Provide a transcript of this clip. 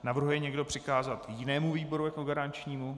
Navrhuje někdo přikázat jinému výboru jako garančnímu?